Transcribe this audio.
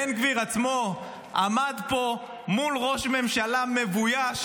בן גביר עצמו עמד פה מול ראש ממשלה מבויש,